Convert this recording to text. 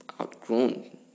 outgrown